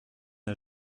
n’a